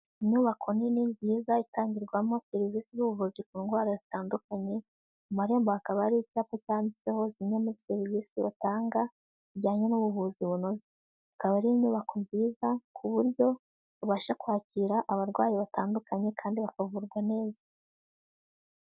Inyubako nini, nziza, itangirwamo serivisi z'ubuvuzi ku ndwara zitandukanye, mu marembo hakaba hari icyapa cyanditseho zimwe muri serivisi batanga, zijyanye n'ubuvuzi bunoze, ikaba ari inyubako nziza, ku buryo babasha kwakira abarwayi batandukanye kandi bakavurwa neza.